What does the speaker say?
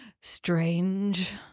Strange